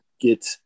get